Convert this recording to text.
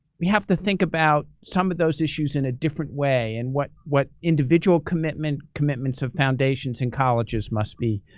we have to think about some of those issues in a different way, and what what individual commitments commitments of foundations and colleges must be.